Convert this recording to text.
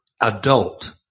adult